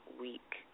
week